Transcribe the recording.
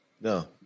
No